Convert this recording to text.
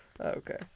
Okay